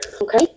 okay